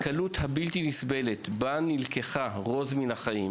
הקלות הבלתי נסבלת בה נלקחה רוז מן החיים,